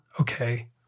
okay